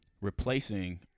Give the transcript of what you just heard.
Replacing